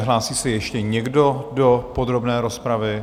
Hlásí se ještě někdo do podrobné rozpravy?